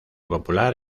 popular